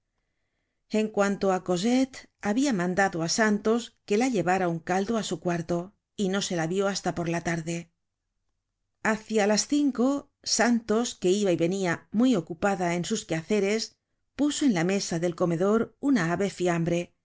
en cuanto á cosette habia mandado á santos que la llevara un caldo á su cuarto y no se la vió hasta por la tarde hácia las cinco santos que iba y venia muy ocupada en sus quehaceres puso en la mesa del comedor una ave fiambre